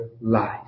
life